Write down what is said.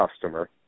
customer